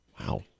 Wow